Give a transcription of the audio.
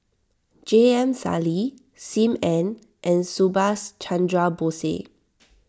J M Sali Sim Ann and Subhas Chandra Bose